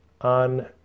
on